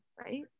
right